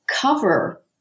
cover